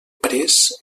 pres